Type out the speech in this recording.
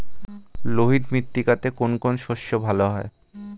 লোহিত মৃত্তিকাতে কোন কোন শস্য ভালো হয়?